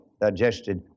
digested